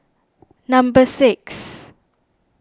number six